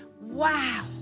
Wow